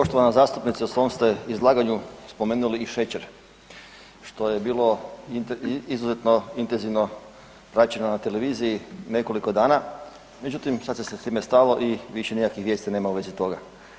Poštovana zastupnice, u svom ste izlaganju spomenuli i šećer što je bilo izuzetno intenzivno praćeno na televiziji nekoliko dana međutim sad se s time stalo i više nikakvih vijesti nema u vezi toga.